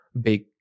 big